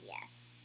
yes